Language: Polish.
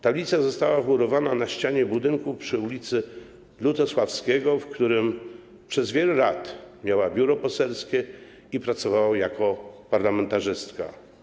Tablica została wmurowana w ścianę budynku przy ul. Lutosławskiego, w którym przez wiele lat miała biuro poselskie i pracowała jako parlamentarzystka.